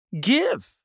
give